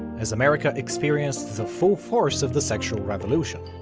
as america experienced the full force of the sexual revolution.